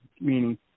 meaning